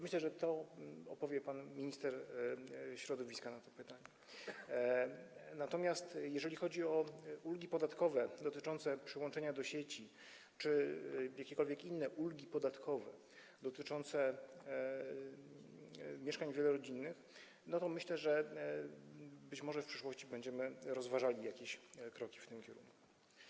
Myślę, że pan minister środowiska odpowie na to pytanie, natomiast jeżeli chodzi o ulgi podatkowe dotyczące przyłączenia do sieci czy o jakiekolwiek inne ulgi podatkowe dotyczące mieszkań wielorodzinnych, to myślę, że być może w przyszłości będziemy rozważali jakieś kroki w tym kierunku.